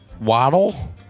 waddle